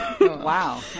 wow